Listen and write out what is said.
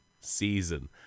season